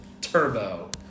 turbo